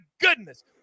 goodness